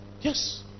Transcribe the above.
Yes